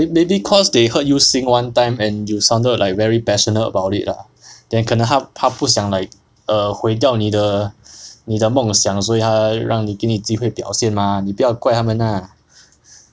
maybe cause they heard you sing one time and you sounded like very passionate about it ah then 可能他他不想 like err 毁掉你的你的梦想所以他让你给你机会表现 mah 你不要怪他们 lah